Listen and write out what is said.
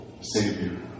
Savior